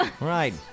Right